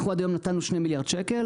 אנחנו עד היום נתנו שני מיליארד שקל,